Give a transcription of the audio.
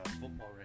football